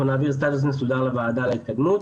אנחנו נעביר סטטוס מסודר לוועדה על ההתקדמות.